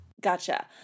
gotcha